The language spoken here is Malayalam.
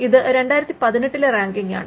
ഇത് 2018ലെ റാങ്കിങ്ങാണ്